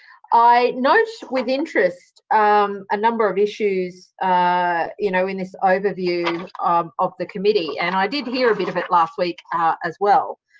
i note with interest um a number of issues ah you know in this overview of the committee. and i did hear a bit of it last week ah as well.